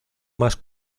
más